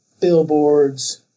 billboards